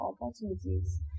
opportunities